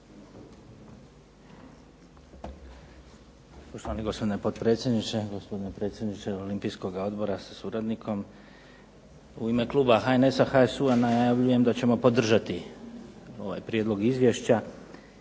U ime kluba HNS-a, HSU-a najavljujem da ćemo podržati ovaj prijedlog izvješća,